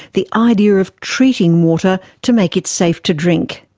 the idea of treating water to make it safe to drink.